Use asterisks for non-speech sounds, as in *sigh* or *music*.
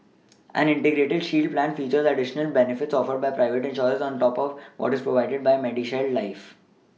*noise* an Integrated shield plan features additional benefits offered by private insurers on top of what is provided by MediShield life